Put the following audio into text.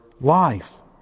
life